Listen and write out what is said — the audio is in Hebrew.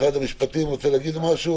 משרד המשפטים, רוצה להגיד משהו?